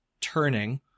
turning